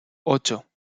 ocho